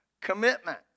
commitment